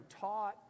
taught